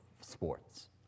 sports